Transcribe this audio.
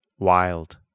Wild